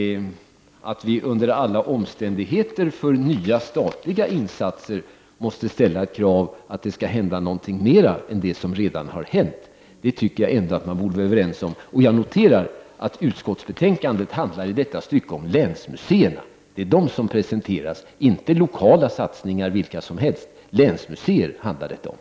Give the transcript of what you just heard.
Att vi under alla omständigheter när det gäller nya statliga insatser måste ställa kravet att det skall hända någonting mera än det som redan skett tycker jag att man borde vara överens om. Jag noterar att utskottetsbetänkandet i detta stycke handlar om länsmuseerna. Det är dessa som presenteras, inte vilka lokala satsningar som helst. Detta handlar om länsmuseer.